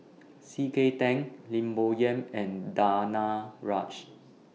C K Tang Lim Bo Yam and Danaraj